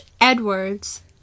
Edwards